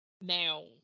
now